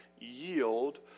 Yield